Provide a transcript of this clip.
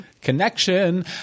connection